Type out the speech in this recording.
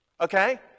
Okay